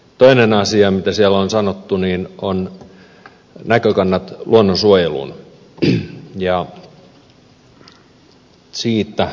toinen asia mitä siellä on sanottu on näkökannat luonnonsuojeluun ja siitä seuraavaa